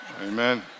Amen